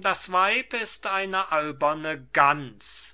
das weib ist eine alberne gans